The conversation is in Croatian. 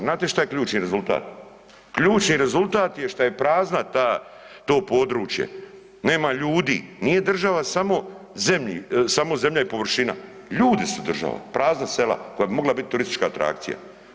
Znate šta je ključni rezultat, ključni rezultat je šta je prazna ta, to područje, nema ljudi, nije država samo, samo zemlja i površina, ljudi su država, prazna sela koja bi mogla biti turistička atrakcija.